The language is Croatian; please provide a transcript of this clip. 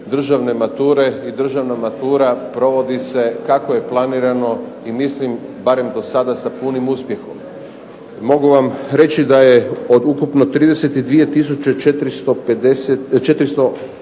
državne mature i državna matura provodi se kako je planirano i mislim barem do sada sa punim uspjehom. Mogu vam reći da je od ukupno 32 tisuće